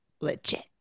Legit